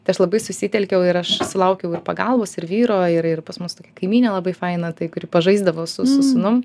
tai aš labai susitelkiau ir aš sulaukiau ir pagalbos ir vyro ir ir pas mus tokia kaimynė labai faina tai kuri pažaisdavo su su sūnum